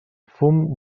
fum